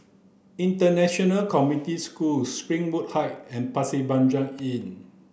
International Community School Springwood Height and Pasir Panjang Inn